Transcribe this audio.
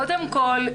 קודם כל,